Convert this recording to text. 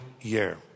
year